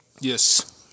Yes